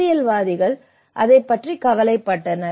அரசியல்வாதிகள் அதைப் பற்றி கவலைப்பட்டனர்